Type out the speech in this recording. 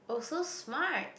oh so smart